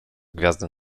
gwiazdy